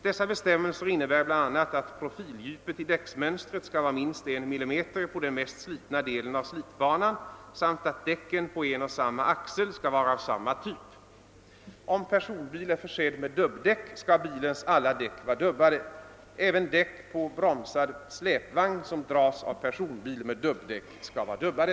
Dessa bestämmelser innebär bl.a. att profildjupet i däcksmönstret skall vara minst en millimeter på den mest slitna delen av slitbanan samt att däcken på en och samma axel skall vara av samma typ. Om personbil är försedd med dubbdäck, skall bilens alla däck vara dubbade. även däck på bromsad släpvagn, som dras av personbil med dubbdäck, skall vara dubbade.